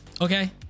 Okay